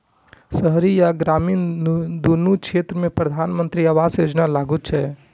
शहरी आ ग्रामीण, दुनू क्षेत्र मे प्रधानमंत्री आवास योजना लागू छै